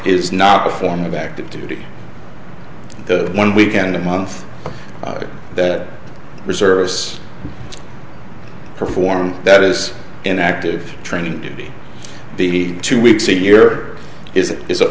is not a form of active duty one weekend a month that reservists perform that is an active training duty the two weeks a year is it is a